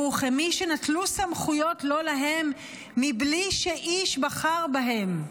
וכ'מי שנטלו סמכויות לא להם מבלי שאיש בחר בהם'.